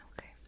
Okay